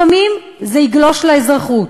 לפעמים זה יגלוש לאזרחות.